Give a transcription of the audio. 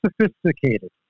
sophisticated